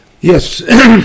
Yes